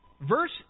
Verse